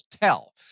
tell